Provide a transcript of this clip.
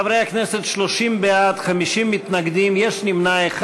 חברי הכנסת, 30 בעד, 50 מתנגדים, אחד נמנע.